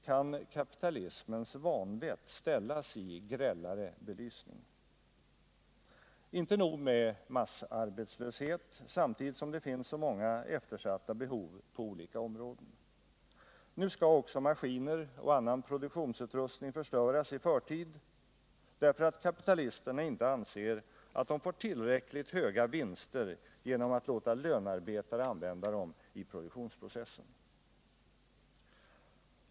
Kan kapitalismens vanvett ställas i grällare belysning? Inte nog med massarbetslöshet samtidigt som det finns så många eftersatta behov på olika områden. Nu skall också maskiner och annan produktionsutrustning förstöras i förtid, därför att kapitalisterna inte anser att de får tillräckligt höga vinster genom att låta lönarbetare använda dem i produktionsprocessen.